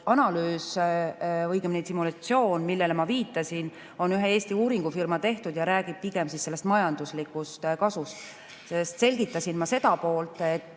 analüüs, õigemini simulatsioon, millele ma viitasin, on ühe Eesti uuringufirma tehtud ja räägib siiski pigem sellest majanduslikust kasust. Ma selgitasin seda poolt, et